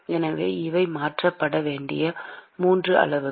எனவே இவை மாற்றப்பட வேண்டிய 3 அளவுகள்